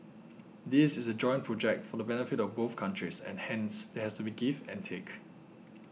this is a joint project for the benefit of both countries and hence there has to be give and take